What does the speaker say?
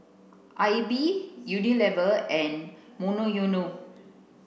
aibix Unilever and Monoyono